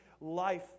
life